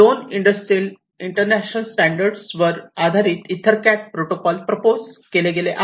हे 2 industrial international standard वर आधारित इथरकॅट प्रोटोकॉल प्रपोज केले गेले